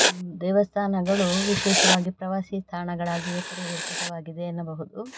ದೇವಸ್ಥಾನಗಳು ವಿಶೇಷವಾಗಿ ಪ್ರವಾಸಿ ತಾಣಗಳಾಗಿವೆ ಪರಿವರ್ತಿತವಾಗಿದೆ ಎನ್ನಬಹುದು